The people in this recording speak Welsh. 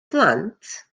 blant